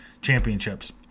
Championships